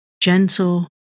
gentle